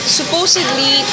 supposedly